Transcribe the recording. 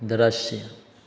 दृश्य